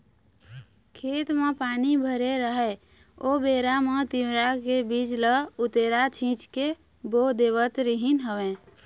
खेत म पानी भरे राहय ओ बेरा म तिंवरा के बीज ल उतेरा छिंच के बो देवत रिहिंन हवँय